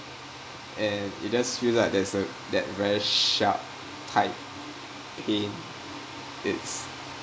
and it just feel like that's a that very sharp tight pain it's